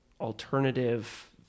alternative